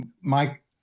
Mike